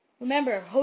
remember